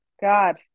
god